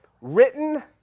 written